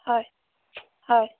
হয় হয়